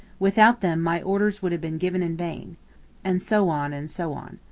without them my orders would have been given in vain and so on, and so on.